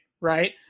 right